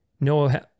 Noah